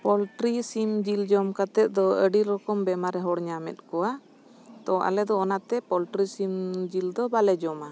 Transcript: poultry ᱥᱤᱢ ᱡᱤᱞ ᱡᱚᱢ ᱠᱟᱛᱮᱫ ᱫᱚ ᱟᱹᱰᱤ ᱨᱚᱠᱚᱢ ᱵᱮᱢᱟᱨ ᱦᱚᱲ ᱧᱟᱢᱮᱫ ᱠᱚᱣᱟ ᱛᱚ ᱟᱞᱮᱫᱚ ᱚᱱᱟᱛᱮ ᱯᱚᱞᱴᱨᱤ ᱥᱤᱢ ᱡᱤᱞ ᱫᱚ ᱵᱟᱞᱮ ᱡᱚᱢᱟ